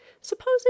Supposing